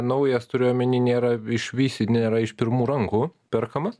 naujas turiu omeny nėra išvis ir nėra iš pirmų rankų perkamas